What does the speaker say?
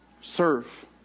Serve